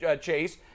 chase